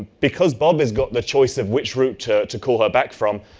because bob has got the choices of which route to to call her back from,